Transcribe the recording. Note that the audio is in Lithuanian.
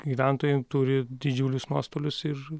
gyventojai turi didžiulius nuostolius ir